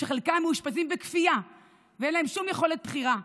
שחלקם מאושפזים בכפייה ואין להם שום יכולת בחירה,